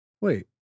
Wait